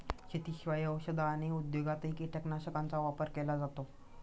शेतीशिवाय औषध आणि उद्योगातही कीटकनाशकांचा वापर केला जातो